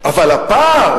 אבל הפער